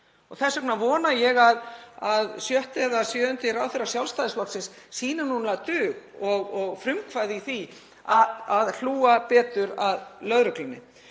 Þess vegna vona ég að sjötti eða sjöundi ráðherra Sjálfstæðisflokksins sýni núna dug og frumkvæði í því að hlúa betur að lögreglunni.